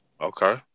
Okay